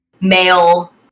male